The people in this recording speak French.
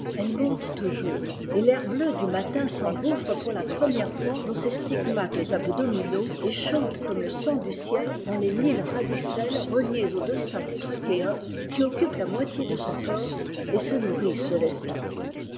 monte toujours et l'air bleu du matin s'engouffre pour la première fois dans ses stigmates abdominaux et chante comme le sang du ciel dans les mille radicelles reliées aux deux sacs iréens qui occupent la moitié de son corps et se nourrissent de l'espace